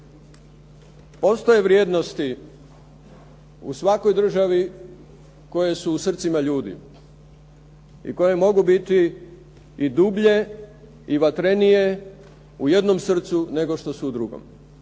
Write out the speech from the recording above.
postoje vrijednosti u svakoj državi koje su u srcima ljudi i koje mogu biti i dublje i vatrenije u jednom srcu nego što su u drugom.